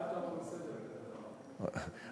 אל תעבור לסדר-היום עם כזה דבר.